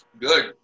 Good